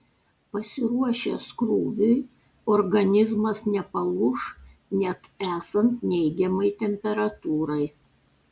pasiruošęs krūviui organizmas nepalūš net esant neigiamai temperatūrai